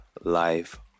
life